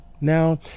Now